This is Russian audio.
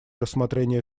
рассмотрение